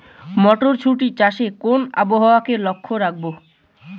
মটরশুটি চাষে কোন আবহাওয়াকে লক্ষ্য রাখবো?